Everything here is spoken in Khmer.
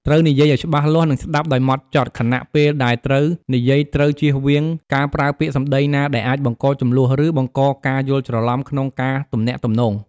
ត្រូវនិយាយអោយច្បាស់លាស់ និងស្តាប់ដោយម៉ត់ចត់ ខណៈពេលដែលត្រូវនិយាយត្រូវជៀសវាងការប្រើពាក្យសម្ដីណាដែលអាចបង្ករជម្លោះ ឬបង្កការយល់ច្រឡំក្នុងការទំនាក់ទំនង។